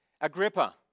Agrippa